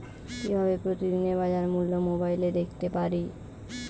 কিভাবে প্রতিদিনের বাজার মূল্য মোবাইলে দেখতে পারি?